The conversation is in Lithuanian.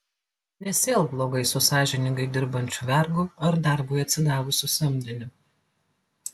nesielk blogai su sąžiningai dirbančiu vergu ar darbui atsidavusiu samdiniu